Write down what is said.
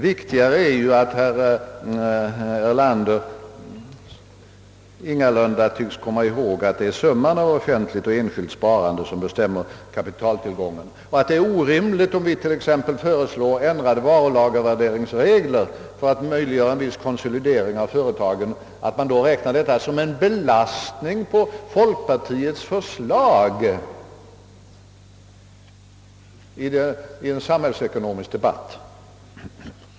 Viktigare är att herr Erlander ingalunda tycks komma ihåg att det är summan av offentligt och enskilt sparande som bestämmer kapitaltillgången och att det, om vi t.ex. föreslår ändrade varulagervärderingsregler för att möjliggöra en viss konsolidering av företagen, är orimligt att i en samhällsekonomisk debatt räkna detta som en belastning på folkpartiets förslag. Herr talman!